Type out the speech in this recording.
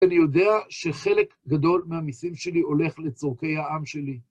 אני יודע שחלק גדול מהמיסים שלי הולך לצורכי העם שלי.